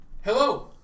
Hello